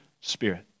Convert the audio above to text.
Spirit